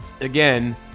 again